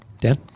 Dan